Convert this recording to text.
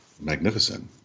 Magnificent